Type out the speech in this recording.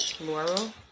Laurel